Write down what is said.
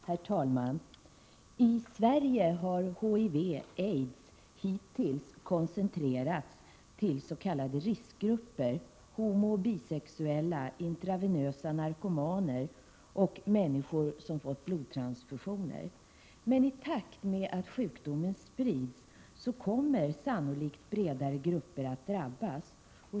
Herr talman! I Sverige har HIV och aids hittills koncentrerats till s.k. riskgrupper: homooch bisexuella, intravenöst injicerande narkomaner och människor som fått blodtransfusioner. Men i takt med att sjukdomen sprids kommer sannolikt bredare grupper att drabbas.